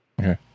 Okay